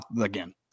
again